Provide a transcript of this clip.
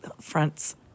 fronts